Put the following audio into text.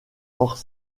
hors